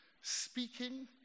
speaking